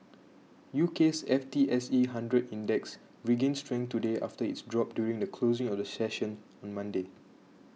U K's F T S E Hundred Index regained strength today after its drop during the closing of the session on Monday